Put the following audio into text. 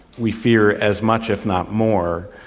we fear as much, if not more,